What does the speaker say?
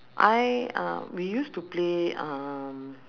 I uh we used to play uh